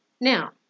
Now